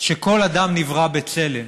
שכל אדם נברא בצלם,